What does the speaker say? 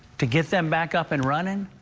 to get them back up and running,